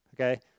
Okay